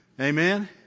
Amen